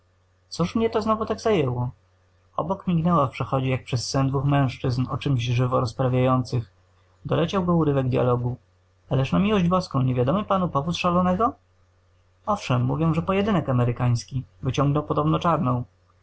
cóż mnie to znowu tak zajęło obok mignęło w przechodzie jak przez sen dwóch mężczyzn o czemś żywo rozprawiających doleciał go urywek dyalogu ależ na miłość boską nie wiadomy panu powód szalonego owszem mówią że pojedynek amerykański wyciągnął podobno czarną